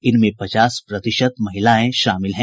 इनमें पचास प्रतिशत महिलाएं शामिल हैं